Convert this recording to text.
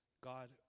God